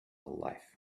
life